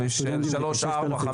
24,